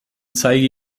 zeige